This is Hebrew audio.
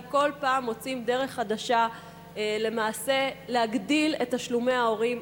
כי כל פעם מוצאים דרך חדשה להגדיל את תשלומי ההורים,